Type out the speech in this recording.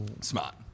Smart